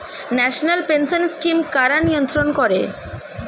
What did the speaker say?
National pension scheme কারা নিয়ন্ত্রণ করে?